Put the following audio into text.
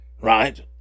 right